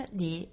di